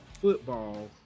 football